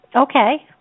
okay